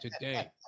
today